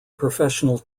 professional